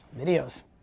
Videos